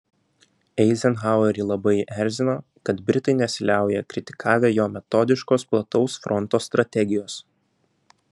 eizenhauerį labai erzino kad britai nesiliauja kritikavę jo metodiškos plataus fronto strategijos